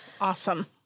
awesome